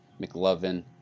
McLovin